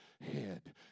head